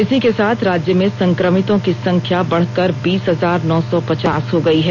इसी के साथ राज्य में संक्रमितों की संख्या बढ़कर बीस हजार नौ सौ पचास हो गई है